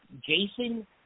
Jason